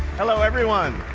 hello, everyone!